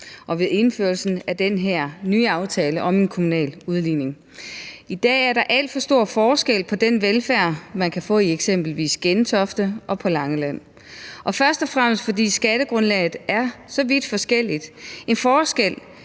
på ved indførelsen af den her nye aftale om en kommunal udligning. I dag er der alt for stor forskel på den velfærd, man kan få i eksempelvis Gentofte og på Langeland, og det skyldes først og fremmest, at skattegrundlaget er så vidt forskelligt – en forskel,